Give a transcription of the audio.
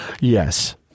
yes